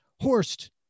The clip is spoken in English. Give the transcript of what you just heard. Horst